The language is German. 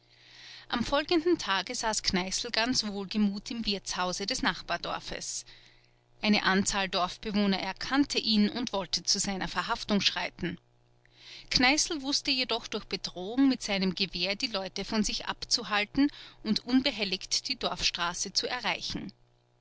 am folgenden tage saß kneißl ganz wohlgemut im wirtshause des nachbardorfes eine anzahl dorfbewohner erkannte ihn und wollte zu seiner verhaftung schreiten kneißl wußte jedoch durch bedrohung mit seinem gewehr die leute von sich abzuhalten und unbehelligt die dorfstraße zu erreichen